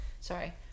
sorry